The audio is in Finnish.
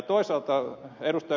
toisaalta ed